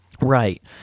Right